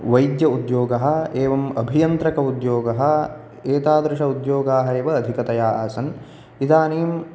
वैद्य उद्योगः एवम् अभियन्त्रक उद्योगः एतादृश उद्योगाः एव अधिकतया आसन् इदानीम्